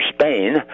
Spain